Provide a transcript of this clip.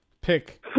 Pick